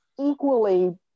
equally